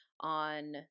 on